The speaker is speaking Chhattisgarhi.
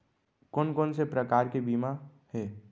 कोन कोन से प्रकार के बीमा हे?